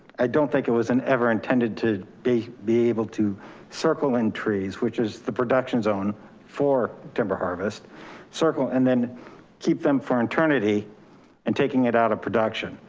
i don't think it was and ever intended to be be able to circle in trees, which is the production zone for timber harvest circle and then keep them for eternity and taking it out of production.